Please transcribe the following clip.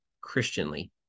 Christianly